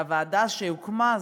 הוועדה שהוקמה,